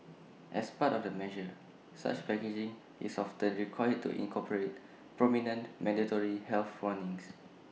as part of the measure such packaging is often required to incorporate prominent mandatory health warnings